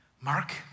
Mark